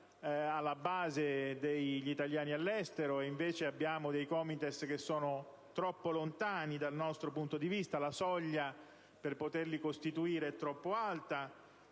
alla base degli italiani all'estero; invece abbiamo degli organismi troppo lontani dal nostro punto di vista, perché la soglia per poterli costituire è troppo alta.